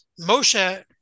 Moshe